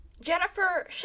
Jennifer